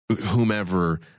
whomever